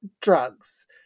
drugs